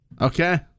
okay